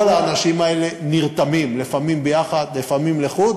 כל האנשים האלה נרתמים, לפעמים ביחד לפעמים לחוד.